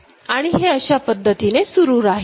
आणि हे अशा पद्धतीने सुरू राहील